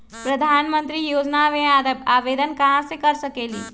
प्रधानमंत्री योजना में आवेदन कहा से कर सकेली?